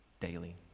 daily